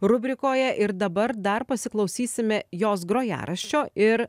rubrikoje ir dabar dar pasiklausysime jos grojaraščio ir